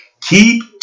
keep